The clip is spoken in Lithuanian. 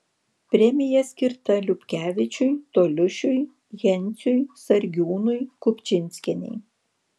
premija skirta liupkevičiui toliušiui jenciui sargiūnui kupčinskienei